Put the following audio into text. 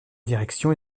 direction